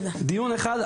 דיון אחד,